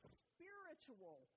spiritual